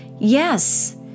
Yes